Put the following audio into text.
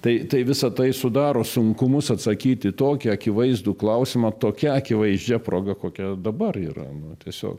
tai tai visa tai sudaro sunkumus atsakyti tokį akivaizdų klausimą tokia akivaizdžia proga kokia dabar yra tiesiog